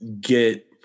get